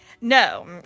No